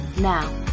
Now